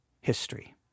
history